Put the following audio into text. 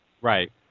right